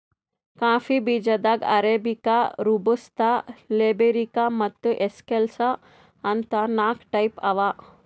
coffee ಬೀಜಾದಾಗ್ arabica, robusta, liberica ಮತ್ತ್ excelsa ಅಂತ್ ನಾಕ್ ಟೈಪ್ ಅವಾ